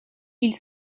ils